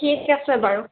ঠিক আছে বাৰু